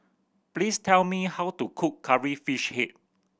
please tell me how to cook Curry Fish Head